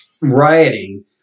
rioting